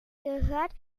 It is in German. gehört